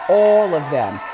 all of them.